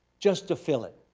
just to fill it.